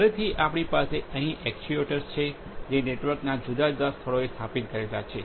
ફરીથી આપણી પાસે અહીં એક્ટ્યુએટર્સ છે જે નેટવર્કના જુદા જુદા સ્થળોએ સ્થાપિત કરેલા છે